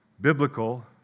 biblical